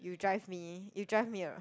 you drive me you drive me around